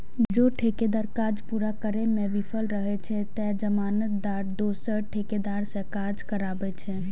जौं ठेकेदार काज पूरा करै मे विफल रहै छै, ते जमानतदार दोसर ठेकेदार सं काज कराबै छै